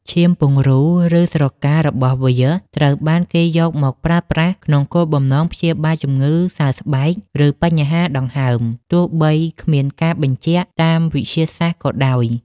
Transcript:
ឈាមពង្រូល ឬស្រការបស់វាត្រូវបានគេយកមកប្រើប្រាស់ក្នុងគោលបំណងព្យាបាលជំងឺសើស្បែក ឬបញ្ហាដង្ហើម ទោះបីគ្មានការបញ្ជាក់តាមវិទ្យាសាស្ត្រក៏ដោយ។